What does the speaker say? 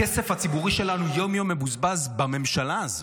הכסף הציבורי שלנו מבוזבז יום-יום בממשלה הזו.